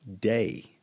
day